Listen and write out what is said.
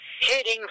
Hitting